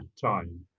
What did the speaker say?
time